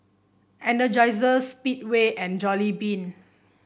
Energizer Speedway and Jollibean